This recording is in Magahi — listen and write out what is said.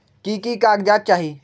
की की कागज़ात चाही?